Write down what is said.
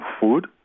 food